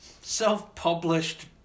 self-published